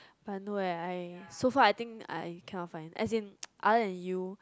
but no eh I so far I think I cannot find as in other than you